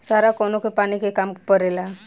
सारा कौनो के पानी के काम परेला